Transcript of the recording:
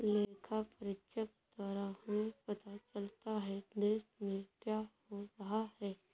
लेखा परीक्षक द्वारा हमें पता चलता हैं, देश में क्या हो रहा हैं?